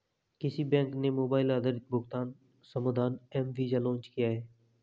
किस बैंक ने मोबाइल आधारित भुगतान समाधान एम वीज़ा लॉन्च किया है?